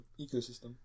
ecosystem